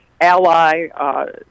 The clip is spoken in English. ally